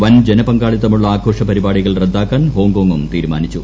വൻ ജനപങ്കാളിത്തമുള്ള ആഘോഷ പരിപാടികൾ റദ്ദാക്കാൻ ഹോങ്കോങ്ങും തീരുമാനിച്ചു